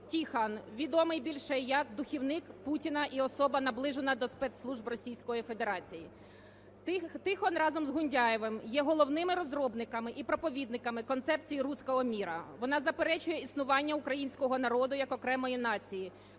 Тихон, відомий більше як духівник Путіна і особа наближена до спецслужб Російської Федерації. Тихон разом з Гундяєвим є головними розробниками і проповідниками концепції "русского мира", вона заперечує існування українського народу як окремої нації.